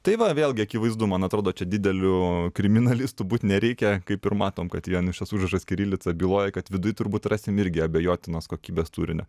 tai va vėlgi akivaizdu man atrodo čia dideliu kriminalistu būt nereikia kaip ir matom kad vien šitas užrašas kirilica byloja kad viduj turbūt rasim irgi abejotinos kokybės turinio